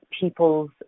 people's